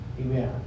Amen